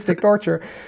torture